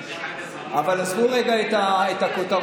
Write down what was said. אבל עזבו רגע את הכותרות,